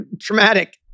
traumatic